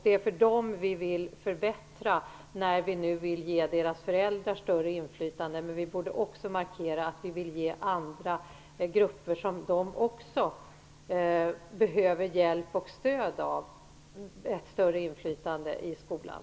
Det är för dem vi vill förbättra när vi nu ger deras föräldrar större inflytande. Men vi borde också markera att vi vill ge andra grupper som barnen behöver hjälp och stöd av ett större inflytande i skolan.